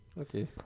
Okay